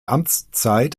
amtszeit